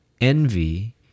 envy